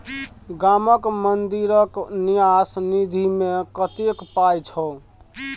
गामक मंदिरक न्यास निधिमे कतेक पाय छौ